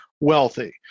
wealthy